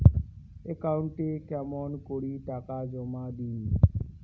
একাউন্টে কেমন করি টাকা জমা দিম?